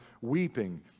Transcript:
weeping